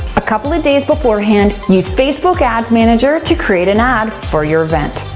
a couple of days before hand, use facebook ads manager to create an ad for your event.